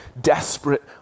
desperate